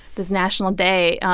this national day.